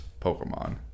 Pokemon